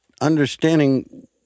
understanding